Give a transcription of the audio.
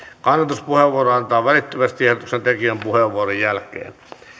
kannatuspuheenvuoro annetaan välittömästi ehdotuksen tekijän puheenvuoron jälkeen